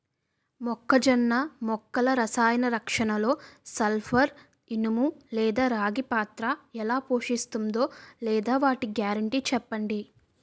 మొక్కజొన్న మొక్కల రసాయన రక్షణలో సల్పర్, ఇనుము లేదా రాగి పాత్ర ఎలా పోషిస్తుందో లేదా వాటి గ్యారంటీ చెప్పండి